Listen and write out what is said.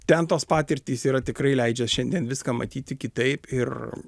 ten tos patirtys yra tikrai leidžia šiandien viską matyti kitaip ir